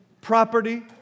property